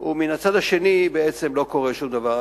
ומן הצד השני בעצם לא קורה שום דבר.